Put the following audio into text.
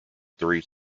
three